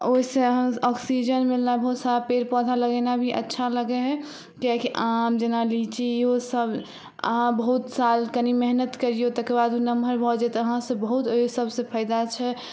ओहिसऽ ऑक्सीजन बहुत सारा पेड़ पौधा लगेनाइ भी अच्छा लगै है किएकी आम जेना लीची ईहो सब अहाँ बहुत साल कनी मेहनत करीयौ तकर बाद ओ नमहर भऽ जेतै अहाँ से बहुत ओहि सबसे फायदा छै